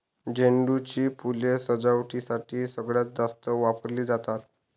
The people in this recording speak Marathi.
झेंडू ची फुलं सजावटीसाठी सगळ्यात जास्त वापरली जातात